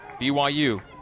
BYU